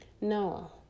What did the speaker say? no